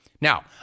Now